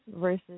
versus